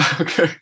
Okay